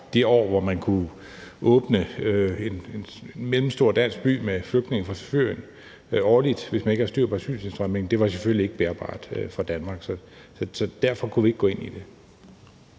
de år, hvor man kunne åbne en mellemstor dansk by med flygtninge fra Syrien årligt, hvis man ikke havde styr på asyltilstrømningen, var det selvfølgelig ikke bærbart for Danmark, så derfor kunne vi ikke gå ind i det.